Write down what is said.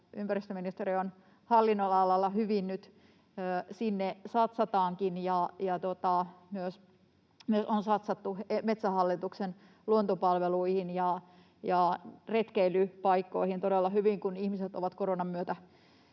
ympäristöministeriön hallinnon-alalla hyvin nyt sinne satsataankin ja on myös satsattu Metsähallituksen luontopalveluihin ja retkeilypaikkoihin todella hyvin, kun ihmiset ovat koronan myötä